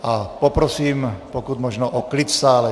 A poprosím, pokud možno, o klid v sále!